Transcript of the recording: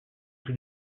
tout